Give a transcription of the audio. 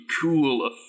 cool